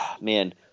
man